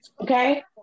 Okay